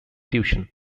tuition